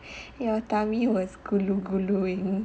your tummy was 咕噜咕噜